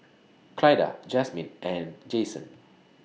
Clyda Jasmine and Jayson